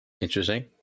Interesting